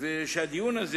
ושבדיון הזה